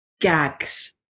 gags